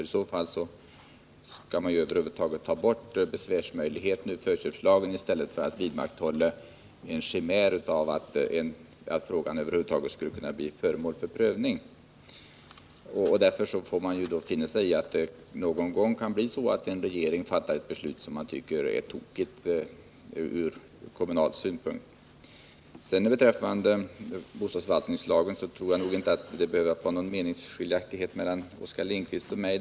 I så fall skall man över huvud taget ta bort besvärsmöjligheten ur förköpslagen i stället för att vidmakthålla en chimär att frågan kan bli föremål för prövning. Därför får man finna sig i att en regering någon gång fattar ett beslut som man ur kommunal synpunkt tycker är tokigt. Beträffande bostadsförvaltningslagen tycker jag inte att det behöver råda några meningsskiljaktigheter mellan Oskar Lindkvist och mig.